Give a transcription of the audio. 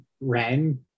Ren